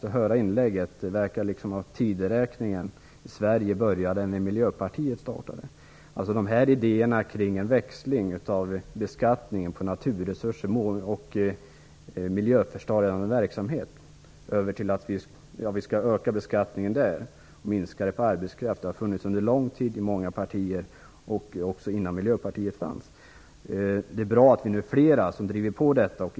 Av hans inlägg verkar det som om tideräkningen i Sverige började när Miljöpartiet startade. Idéerna om att vi skulle öka beskattningen på naturresurser och miljöförstörande verksamhet och minska den på arbetskraft har funnits under lång tid i många partier, även innan Miljöpartiet fanns. Det är bra att vi nu är flera som driver denna fråga.